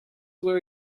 were